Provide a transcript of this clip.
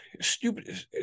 stupid